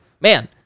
man